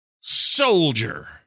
Soldier